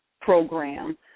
program